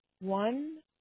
one